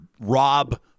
Rob